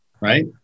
right